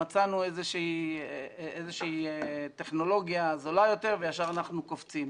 מצאנו איזושהי טכנולוגיה זולה יותר וישר אנחנו קופצים.